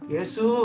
Yesu